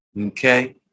okay